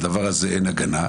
על הדבר הזה אין הגנה,